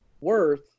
worth